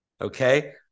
Okay